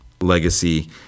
legacy